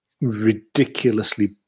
ridiculously